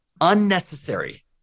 unnecessary